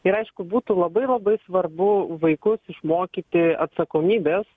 ir aišku būtų labai labai svarbu vaikus išmokyti atsakomybės